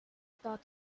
thought